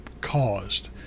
caused